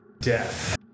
Death